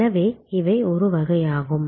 எனவே இவை ஒரு வகை ஆகும்